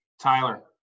Tyler